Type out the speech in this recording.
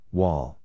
wall